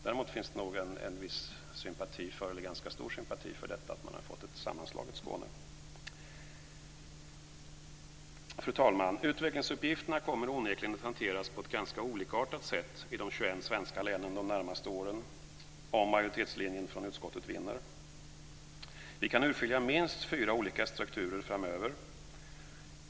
Däremot finns det nog en viss eller ganska stor sympati för detta att man fått ett sammanslaget Skåne. Fru talman! Utvecklingsuppgifterna kommer onekligen att hanteras på ett ganska olikartat sätt i de 21 svenska länen de närmaste åren om majoritetslinjen från utskottet vinner. Vi kan urskilja minst fyra olika strukturer framöver.